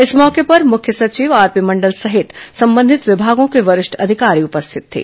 इस मौके पर मुख्य सचिव आरपी मंडल सहित संबंधित विभागों के वरिष्ठ अधिकारी उपस्थित थे